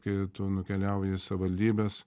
kai tu nukeliauji į savivaldybes